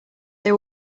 they